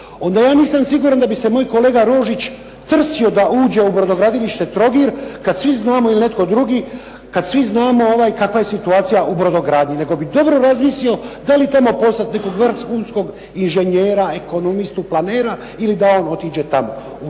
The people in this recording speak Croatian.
onda ja nisam siguran da bi se moj kolega Rožić trsio da uđe u brodogradilište "Trogir" kad svi znamo, ili netko drugi, kad svi znamo kakva je situacija u brodogradnji, nego bi dobro razmislio da li tamo poslati nekog vrhunskog inženjera, ekonomistu, planera ili da on otiđe tamo.